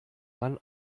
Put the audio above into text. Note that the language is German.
mann